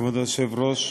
כבוד היושב-ראש,